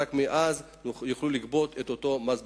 ורק מאז יוכלו לגבות את אותו מס בצורת.